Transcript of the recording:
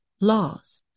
laws